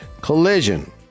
Collision